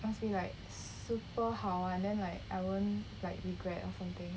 must be like super 好玩 then like I won't like regret or something